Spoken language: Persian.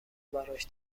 براش